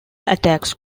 attacks